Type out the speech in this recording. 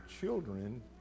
children